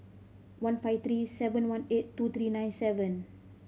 one five three seven one eight two three nine seven